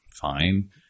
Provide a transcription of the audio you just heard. Fine